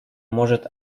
может